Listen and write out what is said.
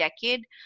decade